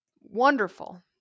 Wonderful